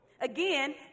Again